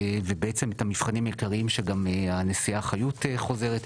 ובעצם את המבחנים העיקריים שגם הנשיאה חיות חוזרת.